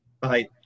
Bye